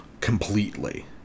completely